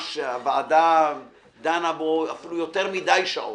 שהוועדה דנה בו אפילו יותר מדי שעות,